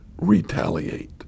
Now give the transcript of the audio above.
retaliate